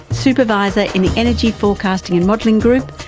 supervisor in the energy forecasting and modeling group,